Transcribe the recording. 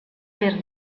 per